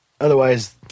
Otherwise